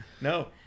no